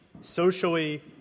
socially